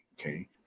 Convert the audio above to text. okay